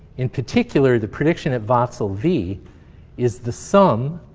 in particular, the prediction that voxel v is the sum,